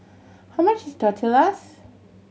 how much is Tortillas